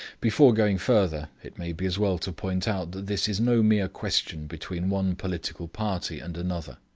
before going further it may be as well to point out that this is no mere question between one political party and another.